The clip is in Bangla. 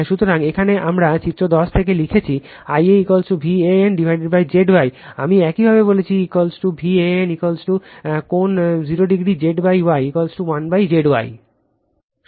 সুতরাং এখানে আমরা চিত্র 10 থেকে লিখছি I a Van Z Y আমি একইভাবে বলেছি Van কোণ 0 oZ Y z y